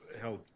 held